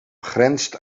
grenst